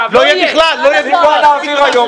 המשרדים הוא לא הכתובת בכלל בעניין הזה.